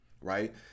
right